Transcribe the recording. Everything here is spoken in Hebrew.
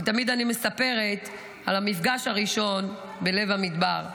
ותמיד אני מספרת על המפגש הראשון בלב המדבר.